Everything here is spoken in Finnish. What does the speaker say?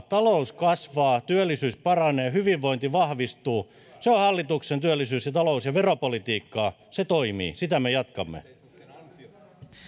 talous kasvaa työllisyys paranee hyvinvointi vahvistuu se on hallituksen työllisyys ja talous ja veropolitiikkaa se toimii ja sitä me jatkamme